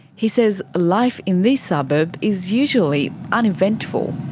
he says life in this suburb is usually uneventful.